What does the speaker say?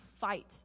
fight